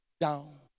down